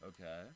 Okay